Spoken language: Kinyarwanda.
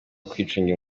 kwicungira